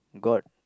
god